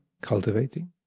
cultivating